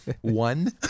one